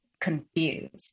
confused